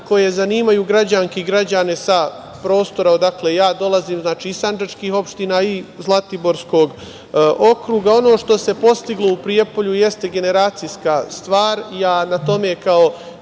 koje zanimaju građanke i građane sa prostora odakle i ja dolazim, znači iz sandžačkih opština i Zlatiborskog okruga. Ono što se postiglo u Prijepolju, jeste generacijska stvar i ja na tome, kao